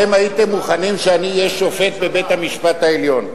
הייתם מוכנים שאני אהיה שופט בבית-המשפט העליון,